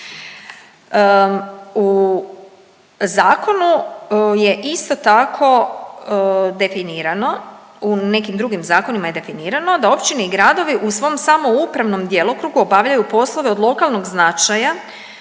U zakonu je isto tako definirano u nekim drugim zakonima je definirano da općine i gradovi u svom samoupravom djelokrugu obavljaju poslove od lokalnog značaja